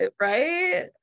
right